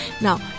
now